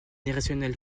irrationnel